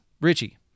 Richie